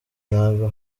ntabwo